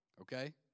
okay